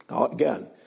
again